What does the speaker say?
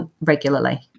regularly